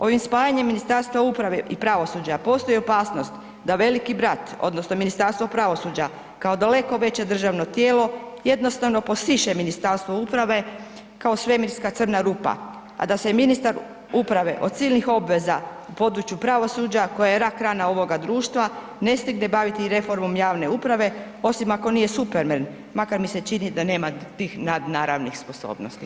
Ovim spajanjem Ministarstva uprave i pravosuđa postoji opasnost da veliki brat odnosno Ministarstvo pravosuđa kao daleko veće državno tijelo jednostavno posiše Ministarstvo uprave kao svemirska crna rupa, a da se ministar uprave od silnih obveza u području pravosuđa koje je rak rana ovoga društva ne stigne baviti reformom javne uprave osim ako nije Superman, makar mi se čini da nema tih nadnaravnih sposobnosti.